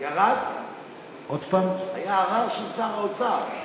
היה ערר של שר האוצר.